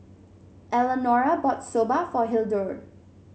Eleanora bought Soba for Hildur